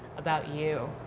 about you.